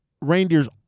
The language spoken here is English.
Reindeer's